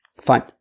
Fine